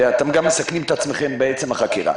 ואתם גם מסכנים את עצמכם בעצם החקירה